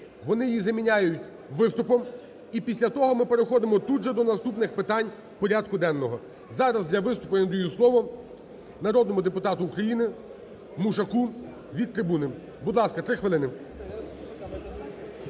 вони її заміняють виступом, і після того ми переходимо тут же до наступних питань порядку денного. Зараз для виступу я надаю слово народному депутату України Мушаку. Від трибуни. Будь ласка, три хвилини.